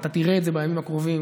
ואתה תראה את זה בימים הקרובים,